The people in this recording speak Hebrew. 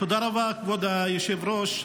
תודה רבה, כבוד היושב-ראש.